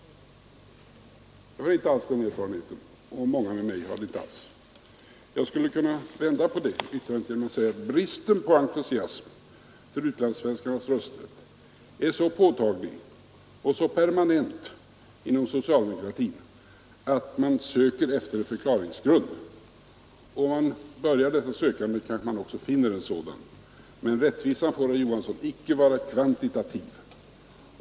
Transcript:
Jag och många med mig har inte alls den erfarenheten. Jag skulle kunna vända på det hela genom att säga att bristen på entusiasm för utlandssvenskarnas rösträtt är så påtaglig och så permanent inom socialdemokratin att man söker efter en förklaringsgrund och om man börjar detta sökande kanske man också finner en sådan. Rättvisan, herr Johansson, får icke vara kvantitativ.